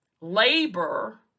labor